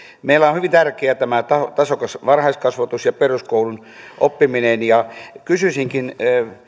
meillä on hyvin tärkeä tämä tasokas varhaiskasvatus ja peruskoulun oppiminen ja kysyisinkin